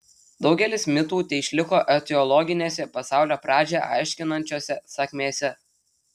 daugelis mitų teišliko etiologinėse pasaulio pradžią aiškinančiose sakmėse